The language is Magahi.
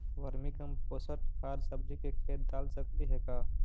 वर्मी कमपोसत खाद सब्जी के खेत दाल सकली हे का?